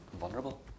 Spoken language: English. vulnerable